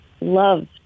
love